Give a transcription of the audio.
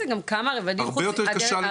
הרבה יותר קשה לטיפול.